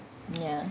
ya